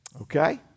Okay